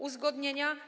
Uzgodnienia.